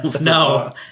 No